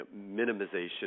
minimization